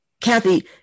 Kathy